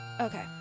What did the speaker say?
Okay